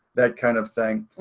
that kind of thing.